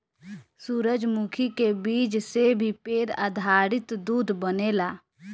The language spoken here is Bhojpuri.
सूरजमुखी के बीज से भी पेड़ आधारित दूध बनेला